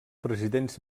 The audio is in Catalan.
presidents